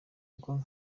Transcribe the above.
ubwo